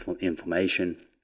inflammation